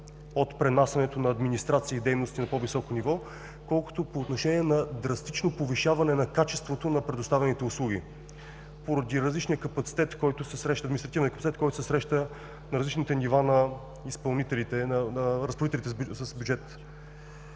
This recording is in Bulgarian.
от пренасянето на администрации и дейности на по-високо ниво, колкото по отношение на драстично повишаване на качеството на предоставените услуги поради различния административен капацитет, който се среща на различните нива на разпоредителите с бюджет.